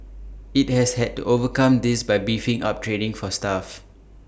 IT has had to overcome this by beefing up training for staff